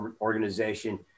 organization